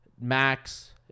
max